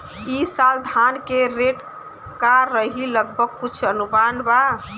ई साल धान के रेट का रही लगभग कुछ अनुमान बा?